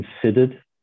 considered